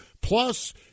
Plus